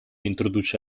introduce